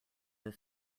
have